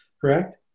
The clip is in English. correct